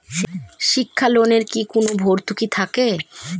শিক্ষার লোনে কি কোনো ভরতুকি থাকে?